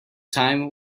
time